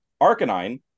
Arcanine